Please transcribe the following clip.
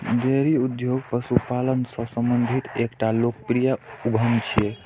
dairy उद्योग पशुपालन सं संबंधित एकटा लोकप्रिय उद्यम छियै